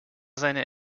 seine